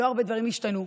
לא הרבה דברים השתנו,